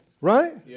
Right